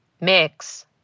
mix